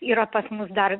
yra pas mus dar